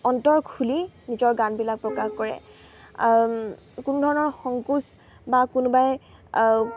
অন্তৰ খুলি নিজৰ গানবিলাক প্ৰকাশ কৰে কোনো ধৰণৰ সংকোচ বা কোনোবাই